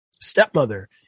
stepmother